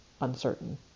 uncertain